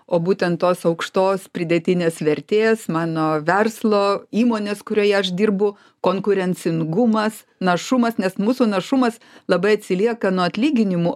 o būtent tos aukštos pridėtinės vertės mano verslo įmonės kurioje aš dirbu konkurencingumas našumas nes mūsų našumas labai atsilieka nuo atlyginimų